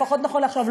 לפחות נכון לעכשיו,